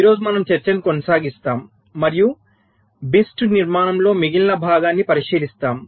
ఈ రోజు మనం చర్చను కొనసాగిస్తాము మరియు BIST నిర్మాణంలో మిగిలిన భాగాన్ని పరిశీలిస్తాము